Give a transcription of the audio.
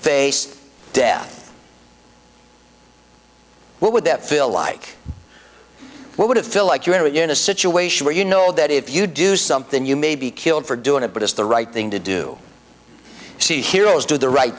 face death what would that feel like what would it feel like you are in a situation where you know that if you do something you may be killed for doing it but it's the right thing to do she heroes do the right